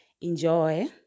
Enjoy